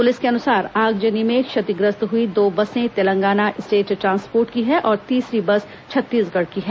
police के अनुसार आगजनी में क्षतिग्रस्त हुई दो बसें तेलंगाना स्टेट ट्रांसपोर्ट की हैं और तीसरी बस छत्तीसगढ़ की है